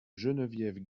geneviève